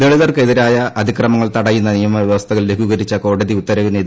ദളിതർക്കെതിരായ അതിക്രമങ്ങൾ തടയുന്ന നിയമ വ്യവസ്ഥകൾ ലഘൂകരിച്ച കോടതി ഉത്തരവിനെതിരെയാണ് ഹർജി